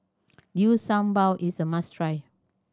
Liu Sha Bao is a must try